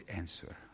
answer